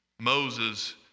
Moses